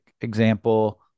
example